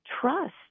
trust